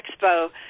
Expo